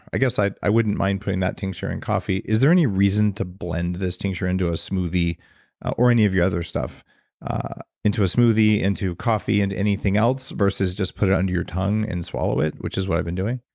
i guess i i wouldn't mind putting that tincture in coffee. is there any reason to blend this tincture into a smoothie or any of your other stuff ah into a smoothie, into coffee, into anything else versus just put it under your tongue and swallow it which is what i've been doing?